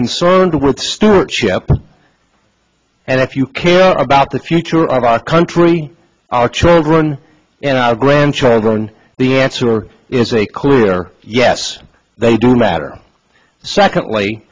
concerned with stewardship and if you care about the future of our country our children and our grandchildren the answer is a clear yes they do matter secondly